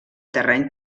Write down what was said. terreny